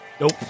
Nope